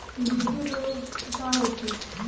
गिल्टी रोग का होखे?